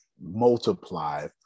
multiply